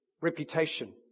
reputation